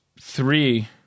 three